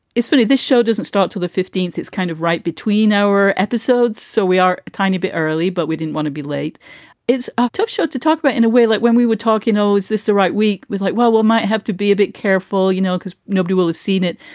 it's funny, this show doesn't start to the fifteenth. it's kind of right between our episodes. so we are a tiny bit early, but we didn't want to be late it's a tough show to talk about in a way like when we would talk, you know, is this the right week with like, well, we'll might have to be a bit careful, you know, because nobody will have seen it.